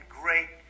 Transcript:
great